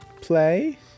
play